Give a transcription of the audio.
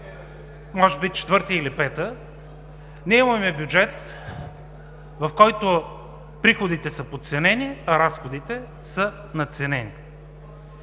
може би четвърта или пета, ние имаме бюджет, в който приходите са подценени, а разходите са надценени.